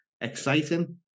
exciting